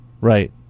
Right